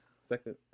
Second